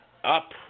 up